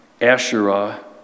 Asherah